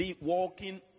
walking